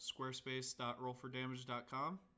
squarespace.rollfordamage.com